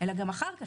אלא גם אחר כך.